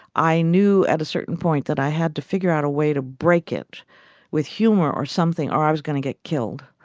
i knew at a certain point that i had to figure out a way to break it with humor or something or i was gonna get killed.